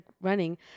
running